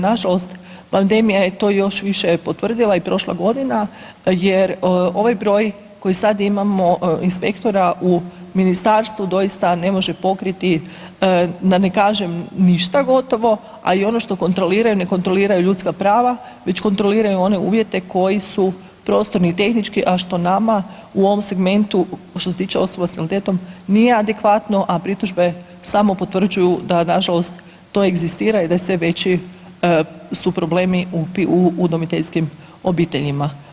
Nažalost pandemija je to još više potvrdila i prošla godina jer ovaj broj koji sad imamo inspektora u ministarstvu doista ne može pokriti da ne kaže ništa gotovo, a i ono što kontroliraju, ne kontroliraju ljudska prava već kontroliraju one uvjete koji su prostorno i tehnički, a što nama u ovom segmentu, što se tiče osoba s invaliditetom nije adekvatno, a pritužbe samo potvrđuju da nažalost to egzistira i da je sve veći su problemi u udomiteljskim obiteljima.